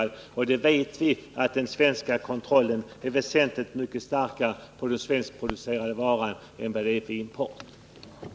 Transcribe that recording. Vi vet att kontrollen av de svenska varorna är väsentligt mycket starkare än kontrollen av de importerade.